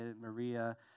Maria